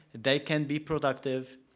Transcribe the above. they can be productive.